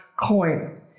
coin